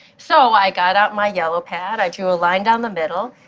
so i got out my yellow pad, i drew a line down the middle,